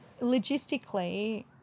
logistically